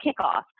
kickoff